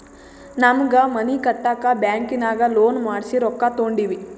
ನಮ್ಮ್ಗ್ ಮನಿ ಕಟ್ಟಾಕ್ ಬ್ಯಾಂಕಿನಾಗ ಲೋನ್ ಮಾಡ್ಸಿ ರೊಕ್ಕಾ ತೊಂಡಿವಿ